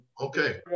Okay